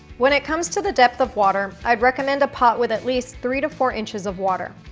when it comes to the depth of water i'd recommend a pot with at least three to four inches of water.